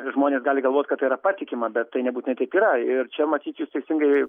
žmonės gali galvot kad tai yra patikima bet tai nebūtinai taip yra ir čia matyt jūs teisingai